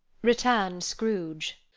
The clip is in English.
returned scrooge,